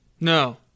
No